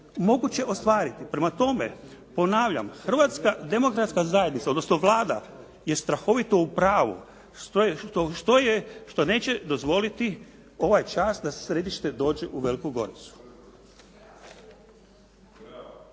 moguće ostvariti. Prema tome, ponavljam, Hrvatska demokratska zajednica odnosno Vlada je strahovito u pravu što neće dozvoliti ovaj čas da središte dođe u Veliku Goricu.